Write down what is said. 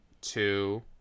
two